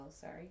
sorry